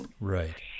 Right